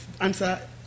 answer